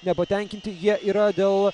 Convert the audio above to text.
nepatenkinti jie yra dėl